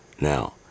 Now